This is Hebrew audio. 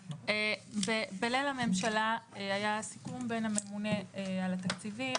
בליל הממשלה היה סיכום בין הממונה על התקציבים